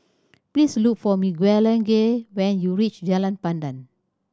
please look for Miguelangel when you reach Jalan Pandan